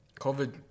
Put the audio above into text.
COVID